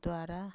ଦ୍ୱାରା